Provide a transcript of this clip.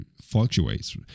fluctuates